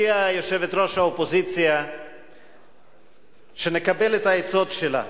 הציעה יושבת-ראש האופוזיציה שנקבל את העצות שלה.